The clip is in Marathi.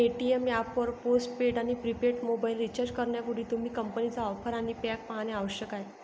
पेटीएम ऍप वर पोस्ट पेड आणि प्रीपेड मोबाइल रिचार्ज करण्यापूर्वी, तुम्ही कंपनीच्या ऑफर आणि पॅक पाहणे आवश्यक आहे